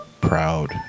proud